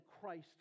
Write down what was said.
Christ